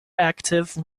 active